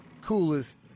coolest